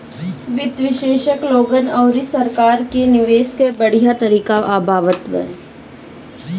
वित्त विशेषज्ञ लोगन अउरी सरकार के निवेश कअ बढ़िया तरीका बतावत बाने